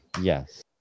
Yes